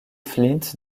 flint